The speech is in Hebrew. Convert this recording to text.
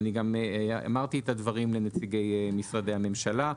וגם אמרתי את הדברים לנציגי משרדי הממשלה.